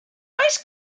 oes